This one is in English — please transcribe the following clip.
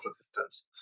resistance